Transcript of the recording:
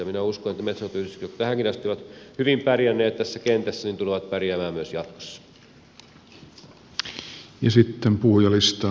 minä uskon että metsänhoitoyhdistykset jotka tähänkin asti ovat hyvin pärjänneet tässä kentässä tulevat pärjäämään myös jatkossa